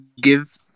give